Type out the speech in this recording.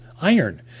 iron